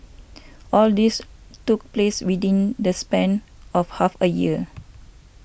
all this took place within the span of half a year